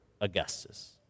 Augustus